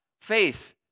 faith